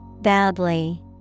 Badly